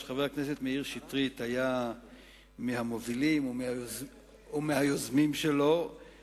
שחבר הכנסת מאיר שטרית היה מהמובילים או מהיוזמים שלו,